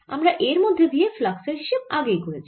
আমরা এর মধ্যে দিয়ে ফ্লাক্স এর হিসেব আগেই করেছি